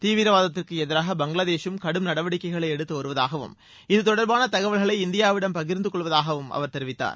தீவிரவாதத்திற்கு எதிராக பங்களாதேகம் கடும் நடவடிக்கைகளை எடுத்து வருவதாகவும் இது தொடர்பாள தகவல்களை இந்தியாவிடம் பகிர்ந்துகொள்வதாகவும் அவர் தெரிவித்தார்